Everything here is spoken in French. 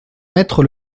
mettre